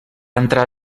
entrar